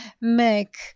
make